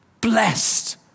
Blessed